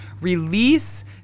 Release